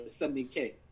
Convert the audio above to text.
70k